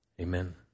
amen